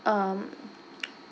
um